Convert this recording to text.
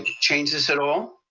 ah change this at all?